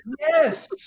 yes